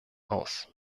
aus